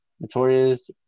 Notorious